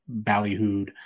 ballyhooed